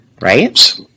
right